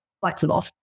flexible